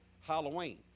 halloween